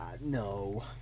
No